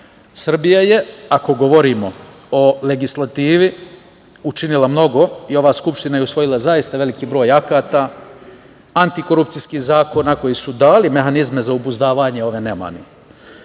Srbija je, ako govorimo o legislativi, učinila mnogo i ova Skupština je usvojila zaista veliki broj akata, antikorupcijskih zakona koji su dali mehanizme za obuzdavanje ove nemani.